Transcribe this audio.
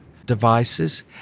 devices